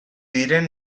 diren